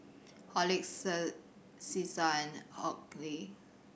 Horlicks Cesar and Oakley